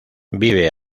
vive